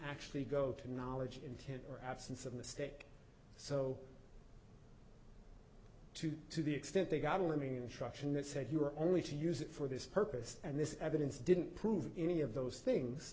actually go to knowledge intent or absence of mistake so to to the extent they got a living instruction that said you were only to use it for this purpose and this evidence didn't prove any of those things